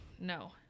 no